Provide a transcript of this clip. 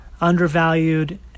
undervalued